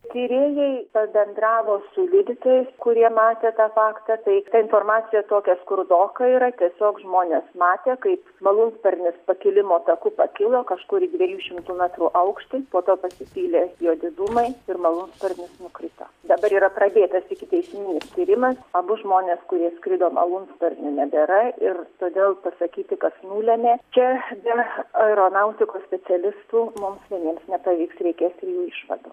tyrėjai pabendravo su liudytojais kurie matė tą faktą tai ta informacija tokia skurdoka yra tiesiog žmonės matė kaip malūnsparnis pakilimo taku pakilo kažkur į dviejų šimtų metrų aukštį po to pasipylė juodi dūmai ir malūnsparnis nukrito dabar yra pradėtas ikiteisminis tyrimas abu žmonės kurie skrido malūnsparniu nebėra ir todėl pasakyti kas nulemia čia be aeronautikos specialistų mums vieniems nepavyks reikės trijų išvadų